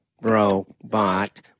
Robot